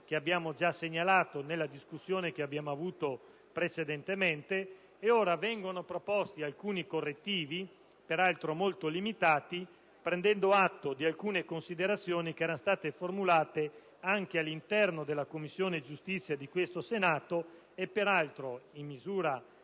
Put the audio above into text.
da noi già segnalati nella discussione che abbiamo svolto precedentemente. Ora vengono proposti alcuni correttivi, peraltro molto limitati, prendendo atto di alcune considerazioni formulate anche all'interno della Commissione giustizia di questo Senato e, in misura